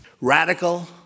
Radical